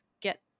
get